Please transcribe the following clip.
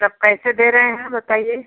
सब कैसे दे रहें हैं बताइए